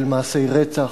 של מעשי רצח,